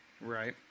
Right